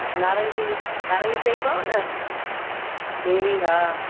नारंगियूं हा नारंगियूं चईमांव न पहिरीं हा